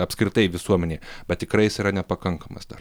apskritai visuomenėj bet tikrai jis yra nepakankamas dar